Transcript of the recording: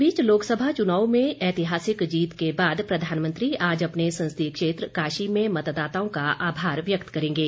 इस बीच लोकसभा चुनाव में ऐतिहासिक जीत के बाद प्रधानमंत्री आज अपने संसदीय क्षेत्र काशी में मतदाताओं का आभार व्यक्त करेंगे